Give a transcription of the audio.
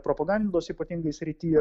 propagandos ypatingai srity